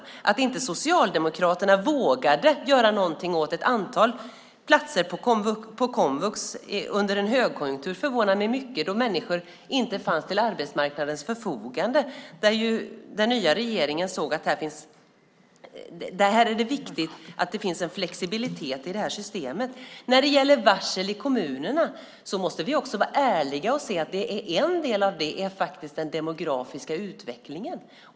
Det förvånar mig mycket att Socialdemokraterna inte vågade göra någonting åt ett antal platser på komvux under en högkonjunktur då människor inte fanns till arbetsmarknadens förfogande. Den nya regeringen såg att det är viktigt att det finns en flexibilitet i systemet. När det gäller varsel i kommunerna måste vi också vara ärliga och se att en del av det faktiskt är den demografiska utvecklingen.